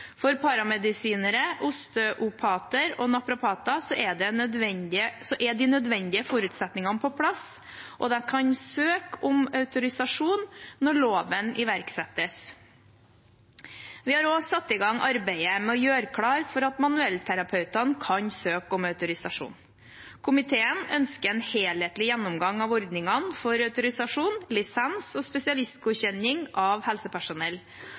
For paramedisinere, osteopater og naprapater er de nødvendige forutsetningene på plass, og de kan søke om autorisasjon når loven iverksettes. Vi har satt i gang arbeidet med å gjøre klar for at manuellterapeutene kan søke om autorisasjon. Komiteen ønsker en helhetlig gjennomgang av ordningene for autorisasjon, lisens og spesialistgodkjenning av helsepersonell,